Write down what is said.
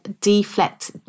deflect